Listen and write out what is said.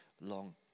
long